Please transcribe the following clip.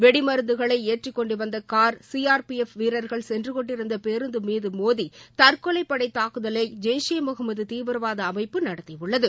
வெடிமருந்துகளை ஏற்றிக்கொண்டுவந்த கார் சிஆர்பிஎஃப் வீரர்கள் சென்றுகொண்டிருந்து பேருந்து மீது மோதி தற்கொலைப்படை தாக்குதலை ஜெய்ஷே ஈ முகமது தீவிரவாத அமைப்பு நடத்தியுள்ளது